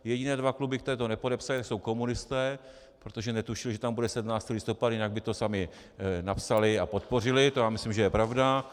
Jediné dva kluby, které to nepodepsaly, jsou komunisté, protože netušili, že tam bude 17. listopad, jinak by to sami napsali a podpořili, to myslím, že je pravda.